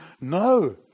No